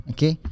Okay